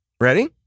ready